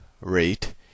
rate